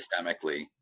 systemically